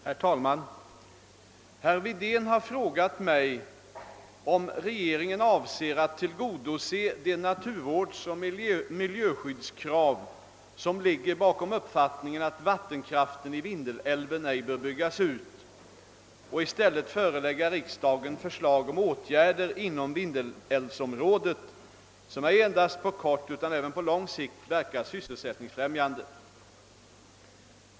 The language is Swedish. Herr talman! Herr Wedén har frågat mig om regeringen avser att tillgodose de naturvårdsoch miljöskyddskrav, som ligger bakom uppfattningen att vattenkraften i Vindelälven ej bör byggas ut, och i stället förelägga riksdagen förslag om åtgärder inom Vindelälvsområdet, som ej endast på kort utan även på lång sikt verkar sysselsättningsfrämjande.